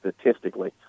statistically